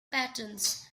patterns